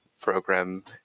program